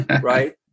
right